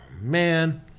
man